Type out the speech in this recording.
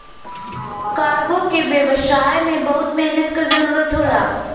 cargo के व्यवसाय में बहुत मेहनत क जरुरत होला